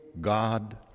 God